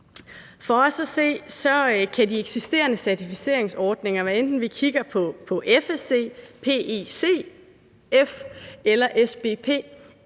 For os at se kan de eksisterende certificeringsordninger, hvad enten vi kigger på FSC, PEFC eller SBP,